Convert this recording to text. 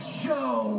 show